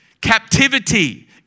captivity